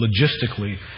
logistically